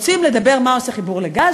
רוצים לדבר מה עושה חיבור לגז?